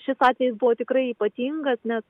šis atvejis buvo tikrai ypatingas nes